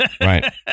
right